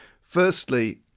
firstly